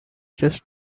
just